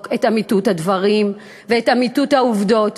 את אמיתות הדברים ואת אמיתות העובדות,